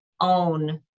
own